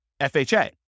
FHA